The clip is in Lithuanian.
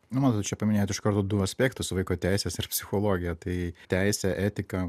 nu matot čia paminėjot iš karto du aspektus vaiko teises ir psichologiją tai teisė etika